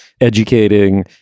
educating